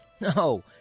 No